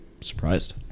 surprised